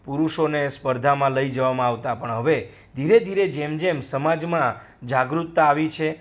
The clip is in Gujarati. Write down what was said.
પુરુષોને સ્પર્ધામાં લઈ જવામાં આવતા પણ હવે ધીરે ધીરે જેમ જેમ સમાજમાં જાગૃતતા આવી છે